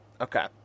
Okay